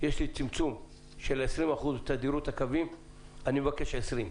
יש לי צמצום של 20 אחוזים בתדירות הקווים ואני מבקש 20,